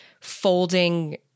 folding